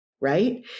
right